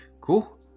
Cool